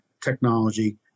technology